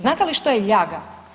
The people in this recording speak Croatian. Znate li što je ljaga?